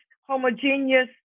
homogeneous